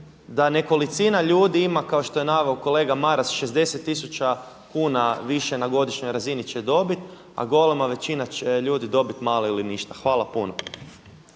da nekolicina ljudi ima kao što je naveo kolega Maras 60 tisuća kuna više na godišnjoj razini će dobiti, a golema većina ljudi će dobiti malo ili ništa. Hvala puno.